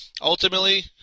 Ultimately